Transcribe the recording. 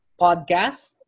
podcast